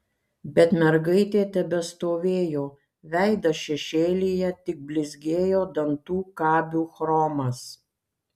bet mergaitė tebestovėjo veidas šešėlyje tik blizgėjo dantų kabių chromas